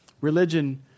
Religion